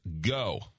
Go